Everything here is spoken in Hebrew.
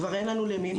כבר אין לנו למי לצעוק.